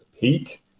peak